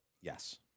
Yes